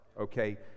okay